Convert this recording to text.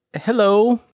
Hello